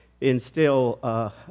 instill